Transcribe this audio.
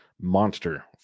monster